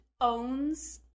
owns